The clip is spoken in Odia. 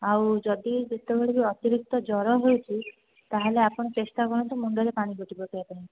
ଆଉ ଯଦି ଯେତେବେଳେ ବି ଅତିରିକ୍ତ ଜ୍ୱର ହେଉଛି ତାହାଲେ ଆପଣ ଚେଷ୍ଟା କରନ୍ତୁ ମୁଣ୍ଡରେ ପାଣି ପଟି ପକାଇବା ପାଇଁ